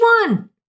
one